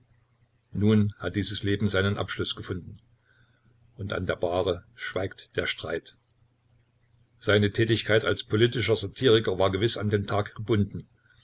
nun hat dieses leben seinen abschluß gefunden und an der bahre schweigt der streit seine tätigkeit als politischer satiriker war gewiß an den tag gebunden